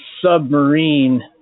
submarine